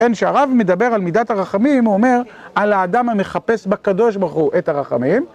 אין שהרב מדבר על מידת הרחמים, הוא אומר "על האדם המחפש בקדוש ברוך הוא, את הרחמים..."